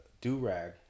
do-rag